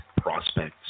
prospects